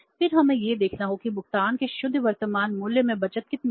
फिर हमें यह देखना होगा कि भुगतान के शुद्ध वर्तमान मूल्य में बचत कितनी है